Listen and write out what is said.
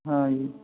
ਹਾਂਜੀ